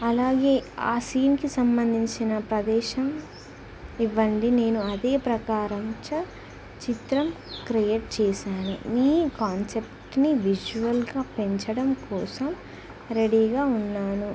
అలాగే ఆ సీన్కి సంబంధించిన ప్రదేశం ఇవ్వండి నేను అదే ప్రకారం చిత్రం క్రియేట్ చేశాను నీ కాన్సెప్ట్ని విజువల్గా పెంచడం కోసం రెడీగా ఉన్నాను